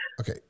Okay